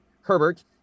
Herbert